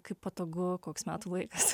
kaip patogu koks metų laikas